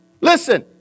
Listen